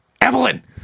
Evelyn